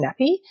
nappy